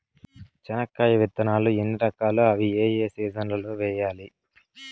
చెనక్కాయ విత్తనాలు ఎన్ని రకాలు? అవి ఏ ఏ సీజన్లలో వేయాలి?